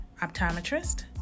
optometrist